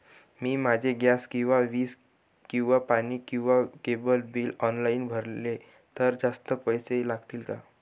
मी माझे गॅस किंवा वीज किंवा पाणी किंवा केबल बिल ऑनलाईन भरले तर जास्त पैसे लागतील का?